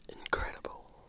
Incredible